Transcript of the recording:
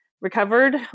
recovered